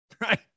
right